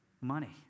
Money